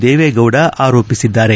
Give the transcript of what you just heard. ದೇವೇಗೌಡ ಆರೋಪಿಸಿದ್ದಾರೆ